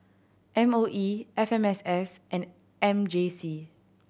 M O E F M S S and M J C